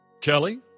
Kelly